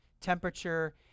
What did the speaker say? temperature